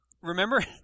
Remember